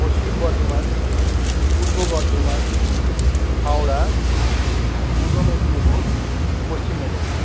Paschim Bardhaman Purba Bardhaman Howrah Purba Medinipur Paschim Medinipur